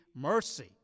mercy